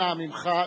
אנא ממך,